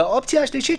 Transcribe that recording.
האופציה השלישית,